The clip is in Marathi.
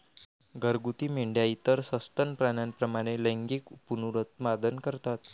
घरगुती मेंढ्या इतर सस्तन प्राण्यांप्रमाणे लैंगिक पुनरुत्पादन करतात